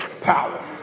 power